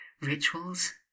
rituals